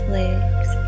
legs